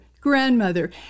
grandmother